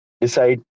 decide